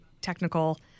technical